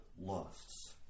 lusts